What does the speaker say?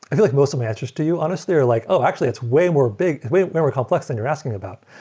i feel like most of my answers to you honestly are like, oh! actually it's way more big, way way more complex than you're asking about.